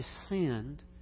descend